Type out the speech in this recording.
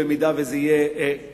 במידה שזה יתאפשר.